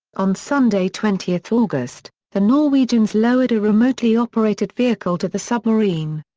on sunday twenty august, the norwegians lowered a remotely operated vehicle to the submarine.